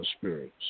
spirits